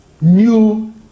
new